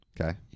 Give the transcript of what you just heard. Okay